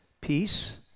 peace